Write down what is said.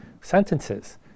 sentences